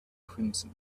crimson